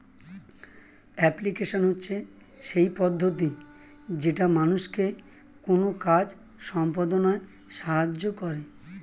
application হচ্ছে সেই পদ্ধতি যেটা মানুষকে কোনো কাজ সম্পদনায় সাহায্য করে